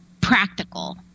practical